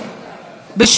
ועוד ציטוט,